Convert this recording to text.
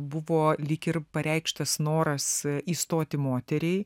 buvo lyg ir pareikštas noras įstoti moteriai